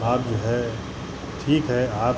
आप जो है ठीक है आप